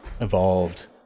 evolved